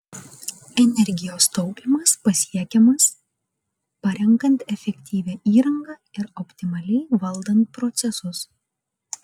energijos taupymas pasiekiamas parenkant efektyvią įrangą ir optimaliai valdant procesus